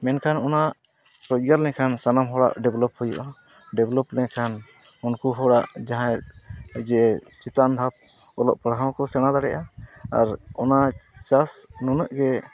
ᱢᱮᱱᱠᱷᱟᱱ ᱚᱱᱟ ᱨᱳᱡᱽᱜᱟᱨ ᱞᱮᱱᱠᱷᱟᱱ ᱥᱟᱱᱟᱢ ᱦᱚᱲᱟᱜ ᱰᱮᱵᱷᱞᱚᱯ ᱦᱩᱭᱩᱜᱼᱟ ᱰᱮᱵᱷᱞᱚᱯ ᱞᱮᱱᱠᱷᱟᱱ ᱩᱱᱠᱩ ᱦᱚᱲᱟᱜ ᱡᱟᱦᱟᱸᱭ ᱡᱮ ᱪᱮᱛᱟᱱ ᱫᱷᱟᱯ ᱚᱞᱚᱜ ᱯᱟᱲᱦᱟᱣ ᱠᱚ ᱥᱮᱬᱟ ᱫᱟᱲᱮᱭᱟᱜᱼᱟ ᱚᱱᱟ ᱪᱟᱥ ᱱᱩᱱᱟᱹᱜᱼᱜᱮ